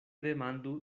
demandu